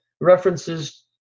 references